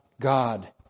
God